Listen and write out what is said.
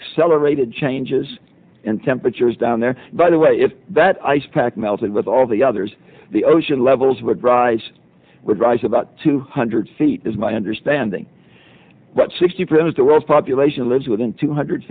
accelerated changes in temperatures down there by the way if that ice pack melted with all the others the ocean levels would rise with rise about two hundred feet is my understanding but sixty percent of the world's population lives within two hundred